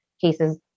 cases